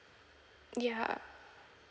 ya